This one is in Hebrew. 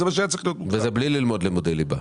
וזה בלי ללמוד לימודי ליבה.